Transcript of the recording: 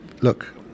look